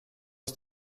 aus